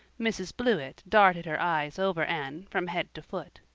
mrs. blewett darted her eyes over anne from head to foot.